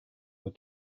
were